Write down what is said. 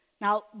Now